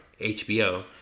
HBO